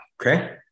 okay